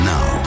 Now